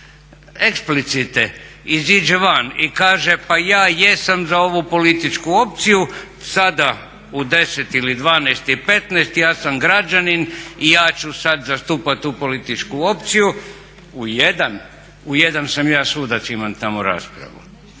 eksplicite iziđe van pa kaže pa ja jesam za ovu političku opciju sada u 10 ili 12,15 ja sam građanin i ja ću sada zastupati tu političku opciju. U 1, u 1 sam ja sudac, imam tamo raspravu.